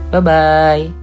Bye-bye